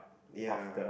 ya